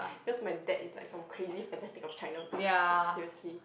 yours my date is like some crazy fantastic of China seriously